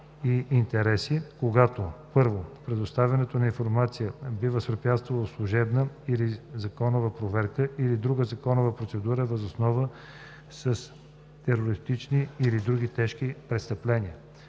и интереси, когато: 1. предоставянето на информация би възпрепятствало служебна или законова проверка или друга законова процедура във връзка с терористични или други тежки престъпления;